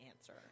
answer